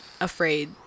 afraid